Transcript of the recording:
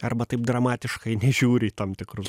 arba taip dramatiškai nežiūri į tam tikrus